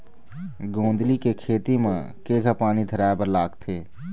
गोंदली के खेती म केघा पानी धराए बर लागथे?